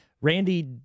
Randy